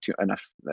enough –